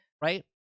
right